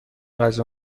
غذا